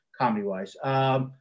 comedy-wise